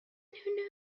who